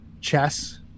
chess